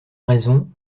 raison